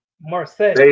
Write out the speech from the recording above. Marseille